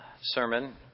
sermon